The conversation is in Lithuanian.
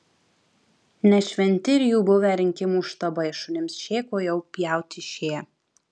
ne šventi ir jų buvę rinkimų štabai šunims šėko jau pjauti išėję